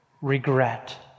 regret